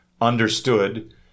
understood